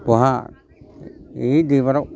बहा ओइ दैबाराव